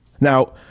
Now